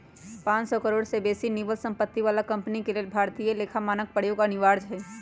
पांन सौ करोड़ से बेशी निवल सम्पत्ति बला कंपनी के लेल भारतीय लेखा मानक प्रयोग अनिवार्य हइ